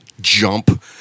jump